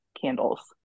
candles